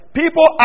people